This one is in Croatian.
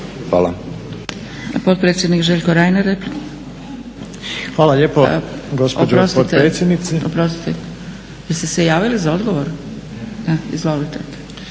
Hvala.